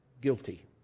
guilty